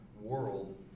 world